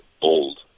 old